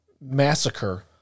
massacre